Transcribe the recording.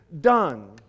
done